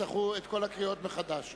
יצטרכו את כל הקריאות מחדש.